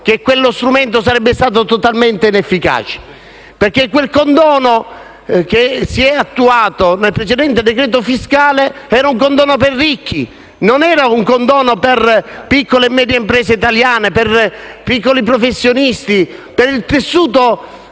che quello strumento sarebbe stato totalmente inefficace, perché il condono che è stato attuato era un condono per ricchi, non un condono per le piccole e medie imprese italiane, per i piccoli professionisti, per il tessuto